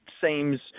seems